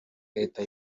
leta